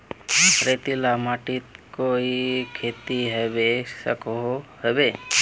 रेतीला माटित कोई खेती होबे सकोहो होबे?